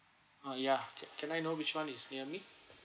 oh ya can can I know which one is near me